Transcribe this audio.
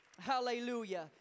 Hallelujah